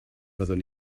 fyddwn